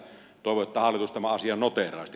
toivon että hallitus tämän asian noteeraisi